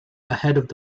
ahead